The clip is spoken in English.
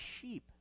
sheep